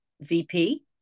VP